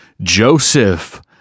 Joseph